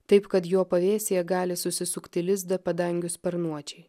taip kad jo pavėsyje gali susisukti lizdą padangių sparnuočiai